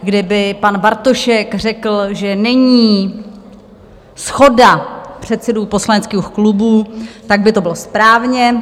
Kdyby pan Bartošek řekl, že není shoda předsedů poslaneckých klubů, tak by to bylo správně.